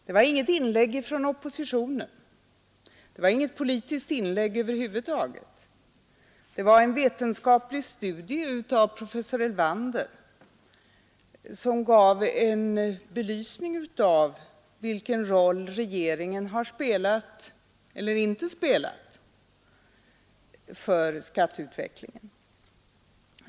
Det var inget inlägg från oppositionen, det var inget politiskt inlägg över huvud taget — det var en vetenskaplig studie av professor Elvander som gav en belysning av vilken roll regeringen har spelat eller inte spelat för skatteutvecklingen.